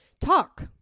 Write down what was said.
Talk